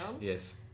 Yes